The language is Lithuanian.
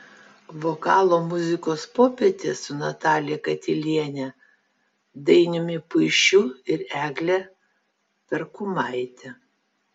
vokalo muzikos popietė su natalija katiliene dainiumi puišiu ir egle perkumaite